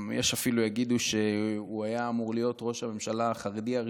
יש אפילו שיגידו שהוא היה אמור להיות ראש הממשלה החרדי הראשון,